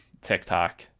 TikTok